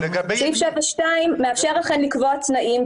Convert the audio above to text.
סעיף 7(2) מאפשר לקבוע תנאים.